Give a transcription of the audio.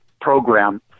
program